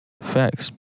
facts